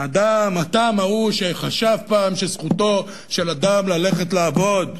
האדם ההוא, שחשב פעם שזכותו של אדם ללכת לעבוד,